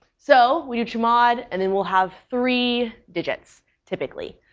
so we do chmod and then we'll have three digits typically.